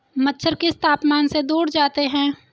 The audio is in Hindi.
मच्छर किस तापमान से दूर जाते हैं?